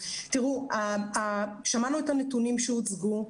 שמענו את הנתונים שהוצגו,